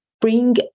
bring